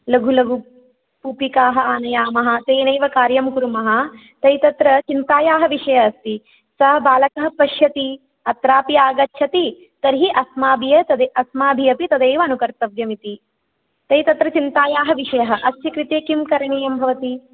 लघु लघुकुपिकाः आनयामः तेनैव कार्यं कुर्मः तर्हि तत्र चिन्तायाः विषयः अस्ति सः बालकः पश्यति अत्रापि आगच्छति तर्हि अस्माभिः अपि अस्माभिः अपि तदेव अनुकर्तव्यं इति तर्हि तत्र चिन्तायाः विषयः अस्ति कृते किं करणीयं भवति